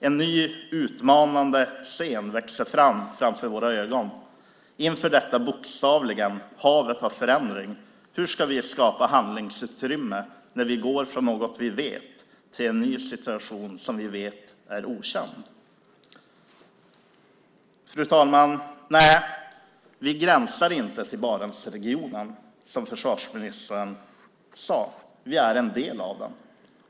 En ny utmanande scen växer fram framför våra ögon. Inför detta bokstavliga hav av förändring, hur ska vi skapa handlingsutrymme när vi går från något vi vet till en ny situation som vi vet är okänd? Fru talman! Vi gränsar inte till Barentsregionen, som försvarsministern sade. Vi är en del av den.